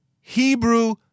Hebrew